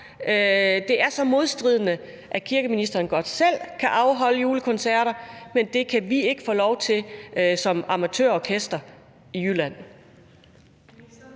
Det er så modstridende, at kirkeministeren godt selv kan afholde julekoncerter, men det kan vi ikke få lov til som amatørorkester i Jylland.